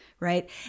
Right